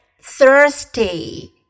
thirsty